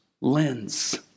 lens